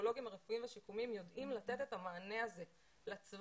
פסיכולוגיים הרפואיים והשיקומיים יודעים לתת את המענה הזה לצוותים.